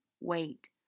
Wait